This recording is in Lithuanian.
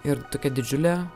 ir tokia didžiulė